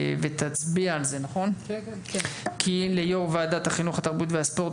ותצביע על זה כי ליו"ר ועדת החינוך התרבות והספורט,